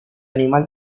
animal